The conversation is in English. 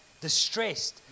distressed